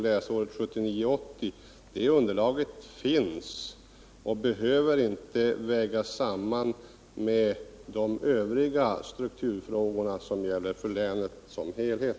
Detta underlag behöver inte vägas samman med lösningen av de strukturproblem som gäller länet som helhet.